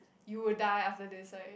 you will die after this right